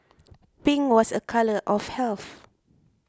pink was a colour of health